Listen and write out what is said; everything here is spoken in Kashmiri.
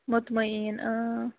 مُطمَعیٖن